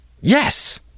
yes